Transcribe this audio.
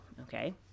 okay